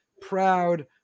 proud